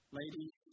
ladies